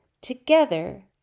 together